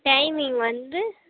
timing வந்து